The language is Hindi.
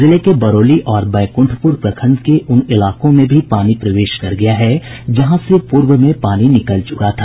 जिले के बरौली और बैकुंठपुर प्रखंड के उन इलाकों में भी पानी प्रवेश कर गया है जहां से पूर्व में पानी निकल चुका था